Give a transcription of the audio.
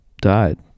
died